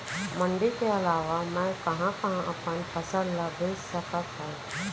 मण्डी के अलावा मैं कहाँ कहाँ अपन फसल ला बेच सकत हँव?